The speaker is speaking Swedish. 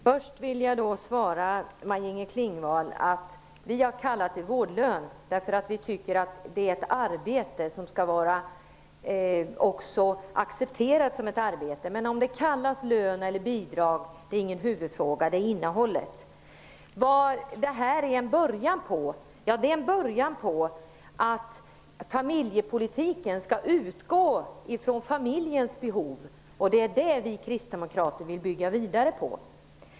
Herr talman! Jag vill först säga till Maj-Inger Klingvall att vi har kallat detta för vårdlön, eftersom vi tycker att det handlar om ett arbete som också skall accepteras som ett arbete. Men om det kallas för lön eller bidrag är ingen huvudfråga. Det är innehållet som är det avgörande. Maj-Inger Klingvall frågade vad vårdnadsbidraget var början till. Ja, det är en början till att familjepolitiken skall utgå från familjens behov, och det är det som vi kristdemokrater vill bygga vidare på.